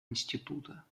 института